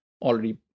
already